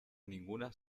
ninguna